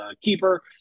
keeper